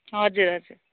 हजुर हजुर